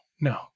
No